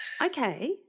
Okay